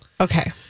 okay